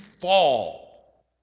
fall